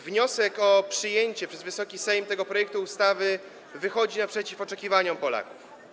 Wniosek o przyjęcie przez Wysoki Sejm tego projektu ustawy wychodzi naprzeciw oczekiwaniom Polaków.